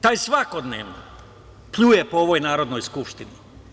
Taj svakodnevno pljuje po ovoj Narodnoj skupštini.